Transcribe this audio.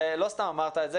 לא סתם אמרת את זה,